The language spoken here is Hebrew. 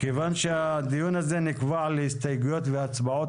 כיוון שהדיון הזה נקבע להסתייגויות והצבעות,